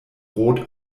rot